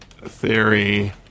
theory